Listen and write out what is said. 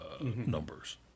numbers